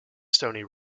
stony